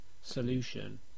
solution